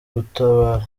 gutabara